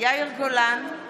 יאיר גולן,